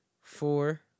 four